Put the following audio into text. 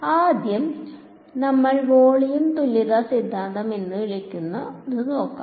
അതിനാൽ ആദ്യം നമ്മൾ വോളിയം തുല്യത സിദ്ധാന്തം എന്ന് വിളിക്കുന്നത് നോക്കുന്നു